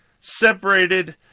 separated